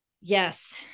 Yes